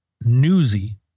newsy